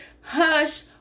hush